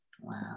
Wow